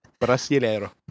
Brasileiro